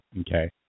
Okay